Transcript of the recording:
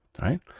right